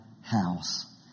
house